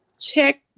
Check